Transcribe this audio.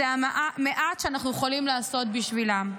זה המעט שאנחנו יכולים לעשות בשבילם.